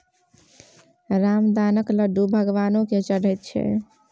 रामदानाक लड्डू भगवानो केँ चढ़ैत छै